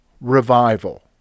revival